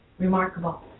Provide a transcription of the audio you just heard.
Remarkable